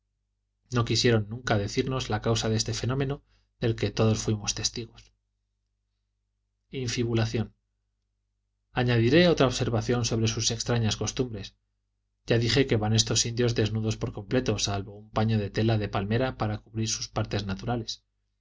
no quisieron nunca decirnos la causa de este fenómeno del que todos fuimos testigos infibulación añadiré otra observación sobre sus extrañas costumbres ya dije que van estos indios desnudos por completo salvo un paño de tela de palmera para cubrir sus partes naturales